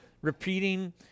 repeating